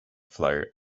flow